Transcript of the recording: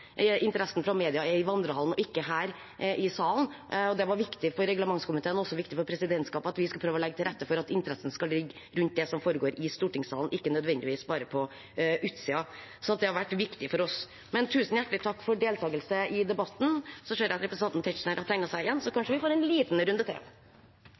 interessen fra media er i vandrehallen og ikke her i salen. Det var viktig for reglementskomiteen og også for presidentskapet at vi skulle prøve å legge til rette for at interessen skal ligge på det som foregår i stortingssalen, ikke nødvendigvis bare på utsiden. Det har vært viktig for oss. Tusen hjertelig takk for deltakelsen i debatten. Jeg ser at representanten Tetzschner har tegnet seg igjen, så kanskje vi får en liten runde til.